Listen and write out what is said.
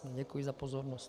Děkuji za pozornost.